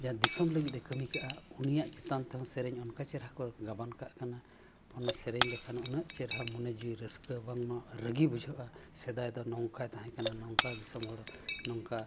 ᱡᱟᱦᱟᱸ ᱫᱤᱥᱚᱢ ᱞᱟᱹᱜᱤᱫᱮ ᱠᱟᱹᱢᱤ ᱠᱟᱜᱼᱟ ᱩᱱᱤᱭᱟᱜ ᱪᱮᱛᱟᱱ ᱛᱮ ᱦᱚᱸ ᱥᱮᱨᱮᱧ ᱚᱱᱠᱟ ᱪᱮᱨᱦᱟ ᱠᱚ ᱜᱟᱵᱟᱱ ᱠᱟᱜᱼᱟ ᱠᱟᱱᱟ ᱚᱱᱟ ᱥᱮᱨᱮᱧ ᱞᱮᱠᱷᱟᱱ ᱩᱱᱟᱹᱜ ᱪᱮᱨᱦᱟ ᱢᱚᱱᱮ ᱡᱤᱣᱤ ᱨᱟᱹᱥᱠᱟᱹ ᱵᱟᱝᱢᱟ ᱨᱟᱹᱜᱤ ᱵᱩᱡᱷᱟᱹᱜᱼᱟ ᱥᱮᱫᱟᱭ ᱫᱚ ᱱᱚᱜᱠᱟᱭ ᱛᱟᱦᱮᱸ ᱠᱟᱱᱟ ᱱᱚᱜᱠᱟ ᱫᱤᱥᱚᱢ ᱜᱚᱲᱚ ᱱᱚᱝᱠᱟ